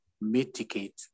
mitigate